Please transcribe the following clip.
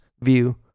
view